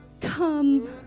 Come